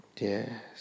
yes